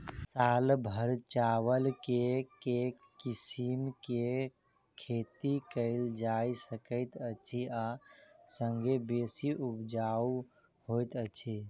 साल भैर चावल केँ के किसिम केँ खेती कैल जाय सकैत अछि आ संगे बेसी उपजाउ होइत अछि?